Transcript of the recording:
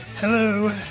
Hello